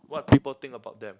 what people think about them